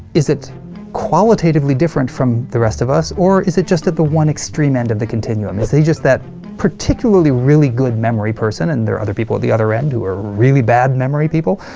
is it qualitatively different from the rest of us, or is it just at the one extreme end of the continuum? is he just that particular really good memory person, and there are other people at the other end who are really bad memory people?